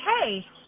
hey